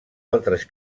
altres